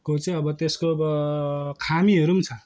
को चाहिँ त्यसको अब खामीहरू पनि छ